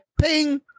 ping